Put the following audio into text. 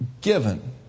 given